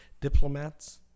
diplomats